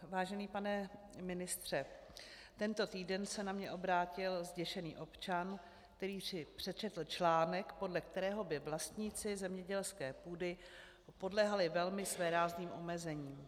Vážený pane ministře, tento týden se na mě obrátil zděšený občan, který si přečetl článek, podle kterého by vlastníci zemědělské půdy podléhali velmi svérázným omezením.